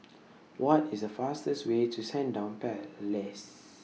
What IS The fastest Way to Sandown Palace